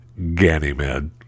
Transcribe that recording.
Ganymed